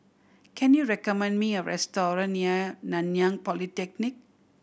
can you recommend me a restaurant near Nanyang Polytechnic